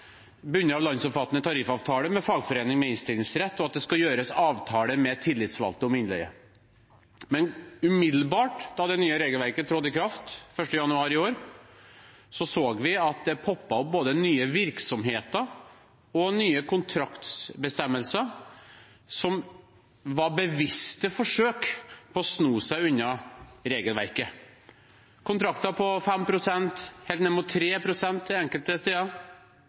av landsomfattende tariffavtaler, med fagforening med innstillingsrett, og at det skal gjøres avtale med tillitsvalgte om innleie. Men umiddelbart, da det nye regelverket trådte i kraft 1. januar i år, så vi at det poppet opp både nye virksomheter og nye kontraktbestemmelser, som var bevisste forsøk på å sno seg unna regelverket, kontrakter på 5 pst. – enkelte steder helt ned mot